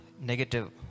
negative